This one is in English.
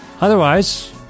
Otherwise